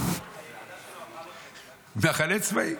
ממחנה צבאי.